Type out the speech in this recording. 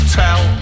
tell